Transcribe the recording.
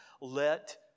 Let